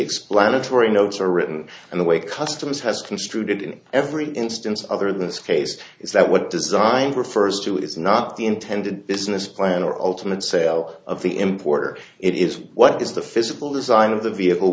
explanatory notes are written and the way customs has construed it in every instance other this case is that what designed refers to is not the intended business plan or ultimate sale of the import it is what is the physical design of the vehicle